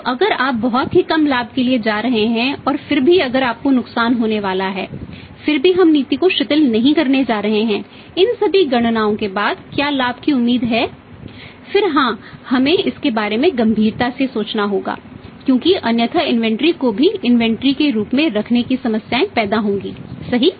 तो अगर आप बहुत ही कम लाभ के लिए जा रहे हैं और फिर भी अगर आपको नुकसान होने वाला है फिर भी हम नीति को शिथिल नहीं करने जा रहे हैं इन सभी गणनाओं के बाद क्या लाभ की उम्मीद है फिर हाँ हमें इसके बारे में गंभीरता से सोचना होगा क्योंकि अन्यथा इन्वेंट्री के रूप में रखने से समस्याएँ पैदा होंगी सही